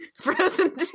Frozen